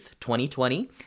2020